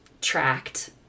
tracked